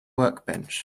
workbench